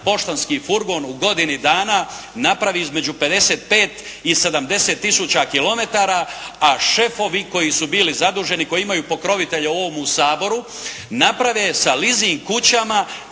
poštanski furbon u godini dana napravi između 55 i 70 tisuća kilometara a šefovi koji su bili zaduženi, koji imaju pokrovitelje u ovomu Saboru naprave sa leasing kućama